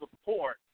support